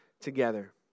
together